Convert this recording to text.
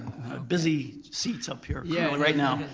busy seats up here, yeah right now.